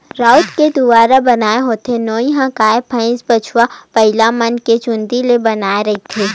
राउत के दुवारा बनाय होए नोई ह गाय, भइसा, बछवा, बइलामन के चूंदी ले बनाए रहिथे